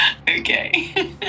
Okay